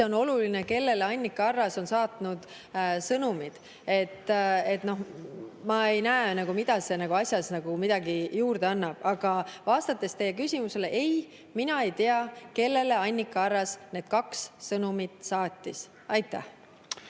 on oluline, kellele Annika Arras on sõnumid saatnud. Ma ei näe, mida see asjale juurde annab. Aga vastates teie küsimusele: ei, mina ei tea, kellele Annika Arras need kaks sõnumit saatis. Aitäh!